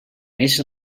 més